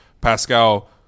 Pascal